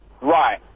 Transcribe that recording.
Right